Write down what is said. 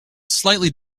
slightly